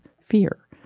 fear